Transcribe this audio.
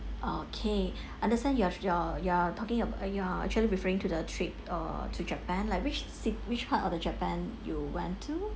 oh okay understand you're you're you're talking a~ you're actually referring to the trip err to japan like which ci~ which part of the japan you went to